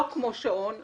לא כמו שעון,